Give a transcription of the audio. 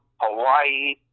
Hawaii